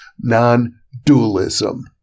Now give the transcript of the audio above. Non-Dualism